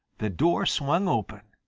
the door swung open,